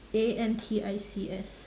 A N T I C S